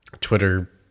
Twitter